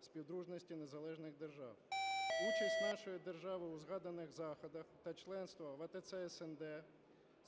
Співдружності Незалежних Держав. Участь нашої держави у згаданих заходах та членстві в АТЦ СНД